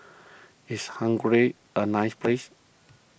is Hungary a nice place